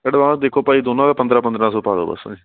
advance ਦੇਖੋ ਭਾਅ ਜੀ ਦੋਨਾਂ ਦਾ ਪੰਦਰਾਂ ਪੰਦਰਾਂ ਸੌ ਪਾ ਦੋ ਬਸ